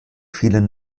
vielen